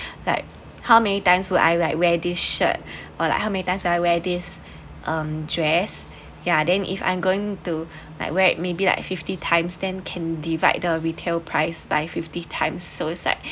like how many times would I like wear this shirt or like how many times do I wear this um dress ya then if I'm going to like wear maybe like fifty times then can divide the retail price by fifty times so it's like